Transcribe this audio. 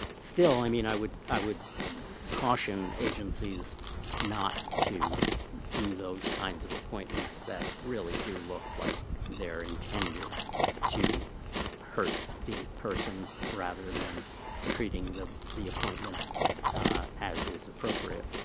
still, i mean, i would i would caution agencies not to do those kinds of appointments that really do look like they're intended to hurt the person rather than treating the the appointment as is appropriate.